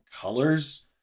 colors